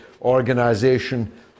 organization